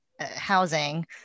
housing